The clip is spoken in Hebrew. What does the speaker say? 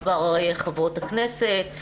מספר חברות הכנסת.